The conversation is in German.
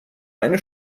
eine